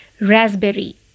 Raspberry